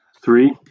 Three